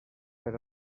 per